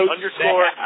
Underscore